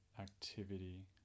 activity